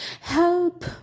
Help